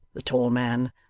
the tall man,